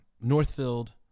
Northfield